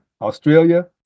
Australia